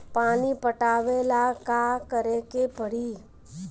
पानी पटावेला का करे के परी?